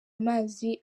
amazi